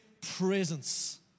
presence